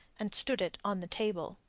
and stood it on the table.